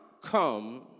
come